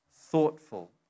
thoughtful